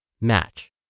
match